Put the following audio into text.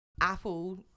Apple